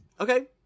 okay